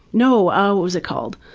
no. ah what was it called?